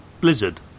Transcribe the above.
Blizzard